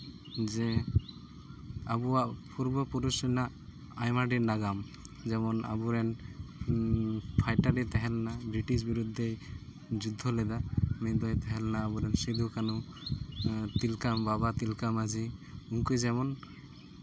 ᱡᱮ ᱟᱵᱚᱣᱟᱜ ᱯᱩᱨᱵᱚ ᱯᱩᱨᱩᱥ ᱨᱮᱱᱟᱜ ᱟᱭᱢᱟ ᱰᱷᱮᱨ ᱱᱟᱜᱟᱢ ᱡᱮᱢᱚᱱ ᱟᱵᱚ ᱨᱮᱱ ᱯᱷᱟᱭᱴᱟᱨᱮ ᱛᱟᱦᱮᱸ ᱞᱮᱱᱟᱭ ᱵᱨᱤᱴᱤᱥ ᱵᱤᱨᱳᱫᱷ ᱨᱮᱭ ᱡᱩᱫᱽᱫᱷᱚ ᱞᱮᱫᱟ ᱩᱱᱤ ᱫᱚᱭ ᱛᱟᱦᱮᱸ ᱞᱮᱱᱟ ᱟᱵᱚ ᱨᱮᱱ ᱥᱤᱫᱩᱼᱠᱟᱹᱱᱩ ᱛᱤᱠᱞᱟᱹ ᱵᱟᱵᱟ ᱛᱤᱞᱠᱟᱹ ᱢᱟᱺᱡᱷᱤ ᱩᱱᱠᱩ ᱡᱮᱢᱚᱱ